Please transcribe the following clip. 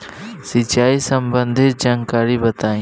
सिंचाई संबंधित जानकारी बताई?